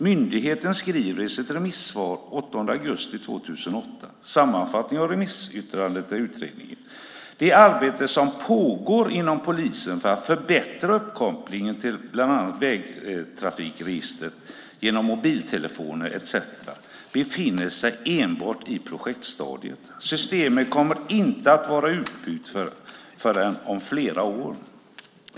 Myndigheten skriver i sitt remissvar den 8 augusti 2008 i en sammanfattning av remissyttrandet till utredningen att det arbete som pågår inom polisen för att förbättra uppkopplingen till bland annat vägtrafikregistret genom mobiltelefoner etcetera enbart befinner sig i projektstadiet. Systemet kommer inte att vara utbyggt förrän om flera år.